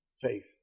faith